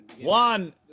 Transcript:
one